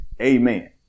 Amen